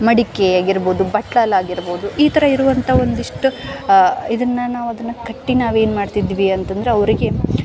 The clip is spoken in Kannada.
ಮಡಿಕೆ ಆಗಿರ್ಬೋದು ಬಟ್ಟಲು ಆಗಿರ್ಬೋದು ಈ ಥರ ಇರುವಂಥ ಒಂದಿಷ್ಟು ಇದನ್ನು ನಾವು ಅದನ್ನ ಕಟ್ಟಿ ನಾವೇನು ಮಾಡ್ತಿದ್ವಿ ಅಂತಂದ್ರೆ ಅವರಿಗೆ